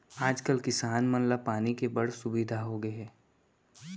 आज कल किसान मन ला पानी के बड़ सुबिधा होगे हे